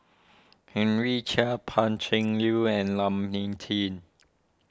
Henry Chia Pan Cheng Lui and Lam Min team